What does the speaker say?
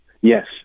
yes